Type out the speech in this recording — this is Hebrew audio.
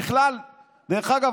דרך אגב,